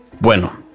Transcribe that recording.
Bueno